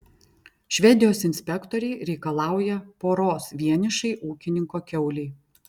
švedijos inspektoriai reikalauja poros vienišai ūkininko kiaulei